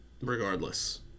regardless